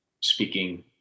speaking